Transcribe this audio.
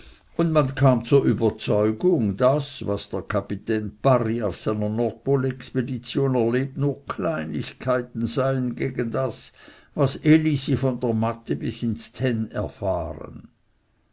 und man kam zur überzeugung daß was der kapitän parry auf seiner nordpolexpedition erlebt nur kleinigkeiten seien gegen das was elisi von der matte bis ins tenn erfahren